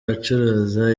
abacuruza